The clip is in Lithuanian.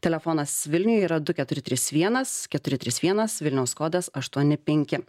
telefonas vilniuje yra du keturi trys vienas keturi trys vienas vilniaus kodas aštuoni penki